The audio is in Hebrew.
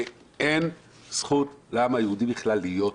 אין זכות לעם היהודי בכלל להיות פה,